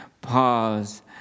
pause